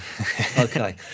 Okay